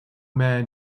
man